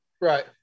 right